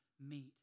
meet